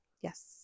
Yes